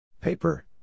Paper